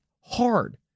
hard